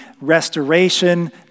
restoration